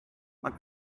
mae